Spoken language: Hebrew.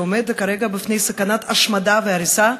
והוא עומד כרגע בפני סכנת השמדה והריסה.